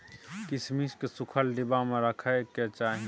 किशमिश केँ सुखल डिब्बा मे राखे कय चाही